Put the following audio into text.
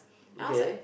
okay